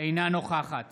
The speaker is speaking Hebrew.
אינה נוכחת